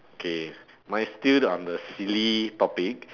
okay mine still on the silly topic